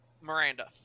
Miranda